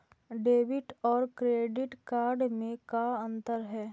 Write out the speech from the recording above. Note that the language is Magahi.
डेबिट और क्रेडिट कार्ड में का अंतर है?